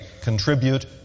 contribute